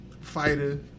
fighter